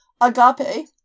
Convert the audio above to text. agape